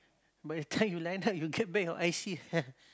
by the time you line up you get back your i_c